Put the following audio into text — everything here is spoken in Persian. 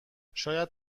شاید